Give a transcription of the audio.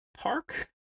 park